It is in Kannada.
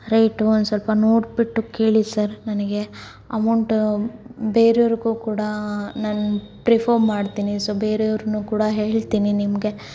ರೇಟ್ ಒಂದ್ಸ್ವಲ್ಪ ನೋಡ್ಬಿಟ್ಟು ಕೇಳಿ ಸರ್ ನನಗೆ ಅಮೋಂಟು ಬೇರೆಯವರಿಗೂ ಕೂಡಾ ನಾನು ಪ್ರಿಫರ್ ಮಾಡ್ತೀನಿ ಸೊ ಬೇರೆಯವರಿಗೂ ಕೂಡ ಹೇಳ್ತೀನಿ ನಿಮಗೆ